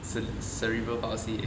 cer~ cerebral palsy